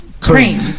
cream